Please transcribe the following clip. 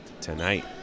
tonight